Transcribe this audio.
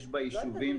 בישובים,